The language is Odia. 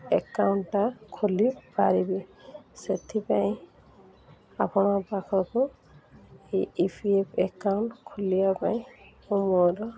ଏକାଉଣ୍ଟ୍ଟା ଖୋଲି ପାରିବି ସେଥିପାଇଁ ଆପଣଙ୍କ ପାଖକୁ ଏହି ଇ ପି ଏଫ୍ ଆକାଉଣ୍ଟ୍ ଖୋଲିବା ପାଇଁ ମୁଁ ମୋର